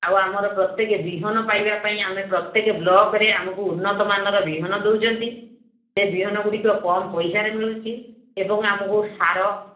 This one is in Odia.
ଆଉ ଆମର ପ୍ରତ୍ୟେକ ବିହନ ପାଇବା ପାଇଁ ଆମେ ପ୍ରତ୍ୟେକ ବ୍ଲକରେ ଆମକୁ ଉନ୍ନତ ମାନର ବିହନ ଦେଉଛନ୍ତି ସେ ବିହନ ଗୁଡ଼ିକ କମ୍ ପଇସାରେ ମିଳୁଛି ଏବଂ ଆମକୁ ସାର